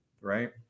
right